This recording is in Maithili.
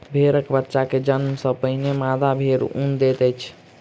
भेड़क बच्चा के जन्म सॅ पहिने मादा भेड़ ऊन दैत अछि